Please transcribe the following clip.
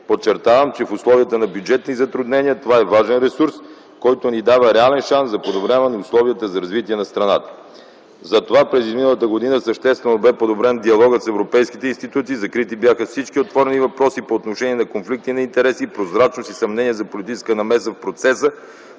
Подчертавам, че в условията на бюджетни затруднения това е важен ресурс, който ни дава реален шанс за подобряване условията за развитието на страната. Затова през изминалата година съществено бе подобрен диалогът с европейските институции. Закрити бяха всички отворени въпроси по отношение на конфликт на интереси, прозрачност и съмнения за политическа намеса в процеса